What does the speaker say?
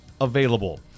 available